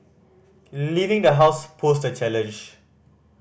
leaving the house posed a challenge